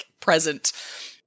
present